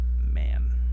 man